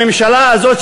הממשלה הזאת,